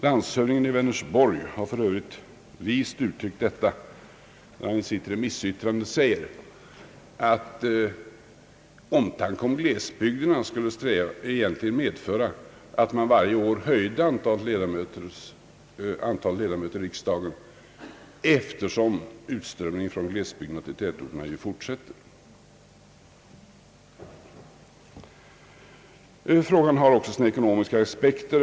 Landshövdingen i Vänersborg har i övrigt vist uttryckt detta, när han i remissyttrandet säger att omtanken om glesbygderna egentligen borde medföra att man varje år höjde antalet ledamöter i riksdagen, eftersom utströmningen från glesbygderna till tätorterna fortsätter. Frågan har också sina ekonomiska aspekter.